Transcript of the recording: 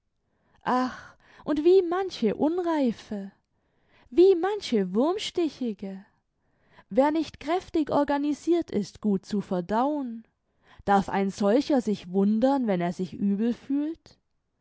ach und wie manche unreife wie manche wurmstichige wer nicht kräftig organisirt ist gut zu verdauen darf ein solcher sich wundern wenn er sich übel fühlt